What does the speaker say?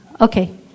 Okay